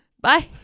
bye